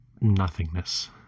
nothingness